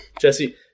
Jesse